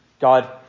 God